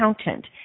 accountant